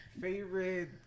Favorite